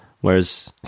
whereas